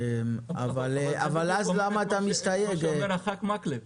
אבל אז למה אתה מסתייג אם אנחנו קיבלנו החלטה?